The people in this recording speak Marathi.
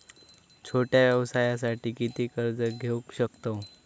छोट्या व्यवसायासाठी किती कर्ज घेऊ शकतव?